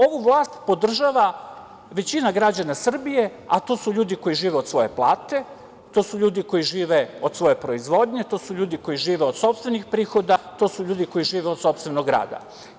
Ovu vlast podržava većina građana Srbije, a to su ljudi koji žive od svoje plate, to su ljudi koji žive od svoje proizvodnje, to su ljudi koji žive od sopstvenih prihoda, to su ljudi koji žive od sopstvenog rada.